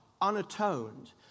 unatoned